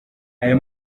aya